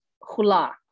hula